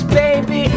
baby